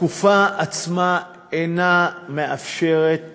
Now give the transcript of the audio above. התקופה עצמה אינה מאפשרת